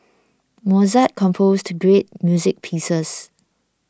Mozart composed great music pieces